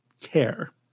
care